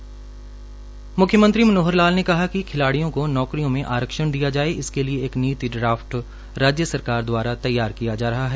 म्ख्यमंत्री मनोहर लाल ने कहा कि खिलाड़ियों को नौकरियों में आरक्षण दिया जाए इसके लिए एक नीति का ड्राफट राज्य सरकार दवारा तैयार किया गया है